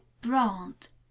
Brant